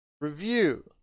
review